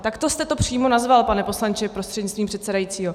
Takto jste to přímo nazval, pane poslanče prostřednictvím předsedajícího.